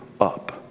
up